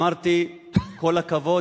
אמרתי: כל הכבוד,